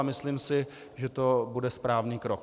Myslím si, že to bude správný krok.